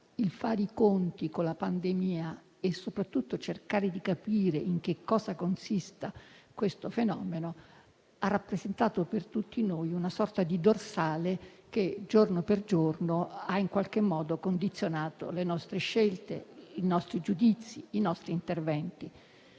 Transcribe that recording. fare i conti con la pandemia e soprattutto cercare di capire in cosa consista questo fenomeno ha rappresentato per tutti noi una sorta di dorsale che giorno per giorno ha in qualche modo condizionato le nostre scelte, i nostri giudizi, i nostri interventi.